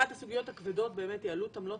אחת הסוגיות הכבדות היא עלות עמלות